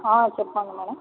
ఆ చెప్పండి మేడం